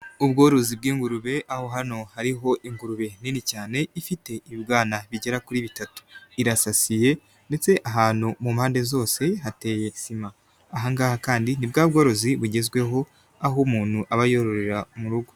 Ubworozi bw'ingurube, aho hano hariho ingurube nini cyane, ifite ibibwana bigera kuri bitatu. Irasasiye ndetse ahantu mu mpande zose hateye sima. Aha ngaha kandi ni bwa bworozi bugezweho, aho umuntu aba yororeye mu rugo.